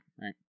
right